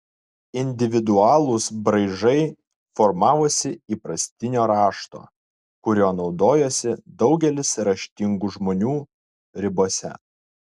individualūs braižai formavosi įprastinio rašto kuriuo naudojosi daugelis raštingų žmonių ribose